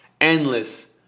endless